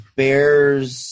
bears